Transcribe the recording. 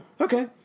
Okay